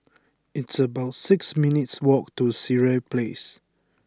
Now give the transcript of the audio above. it's about six minutes' walk to Sireh Place